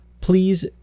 Please